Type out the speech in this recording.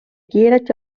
kiiret